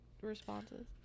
responses